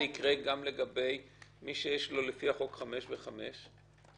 יקרה גם לגבי מי שיש לו לפי החוק חמש שנים וחמש שנים?